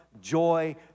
joy